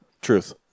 Truth